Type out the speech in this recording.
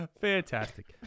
Fantastic